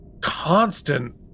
constant